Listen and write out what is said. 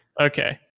okay